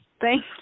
Thank